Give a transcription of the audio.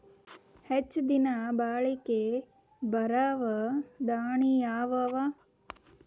ಹೆಚ್ಚ ದಿನಾ ಬಾಳಿಕೆ ಬರಾವ ದಾಣಿಯಾವ ಅವಾ?